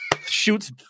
shoots